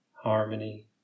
harmony